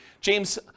James